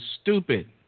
stupid